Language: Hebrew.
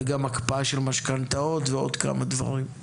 וגם הקפאה של משכנתאות ועוד כמה דברים.